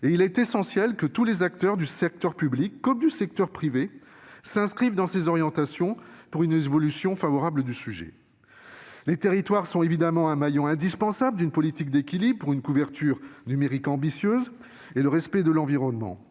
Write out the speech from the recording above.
et il est essentiel que tous les acteurs du secteur public, comme du secteur privé, s'inscrivent dans ces orientations pour une évolution favorable du sujet. Les territoires sont évidemment le maillon indispensable d'une politique d'équilibre pour une couverture numérique ambitieuse et le respect de l'environnement,